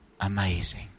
amazing